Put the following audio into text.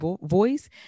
voice